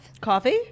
Coffee